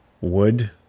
wood